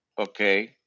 okay